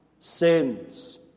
sins